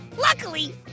Luckily